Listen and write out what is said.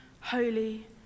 holy